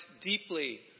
deeply